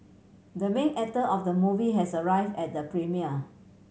the main actor of the movie has arrive at the premiere